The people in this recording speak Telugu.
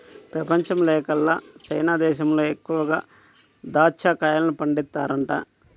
పెపంచంలోకెల్లా చైనా దేశంలో ఎక్కువగా దాచ్చా కాయల్ని పండిత్తన్నారంట